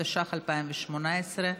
התשע"ח 2018,